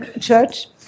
church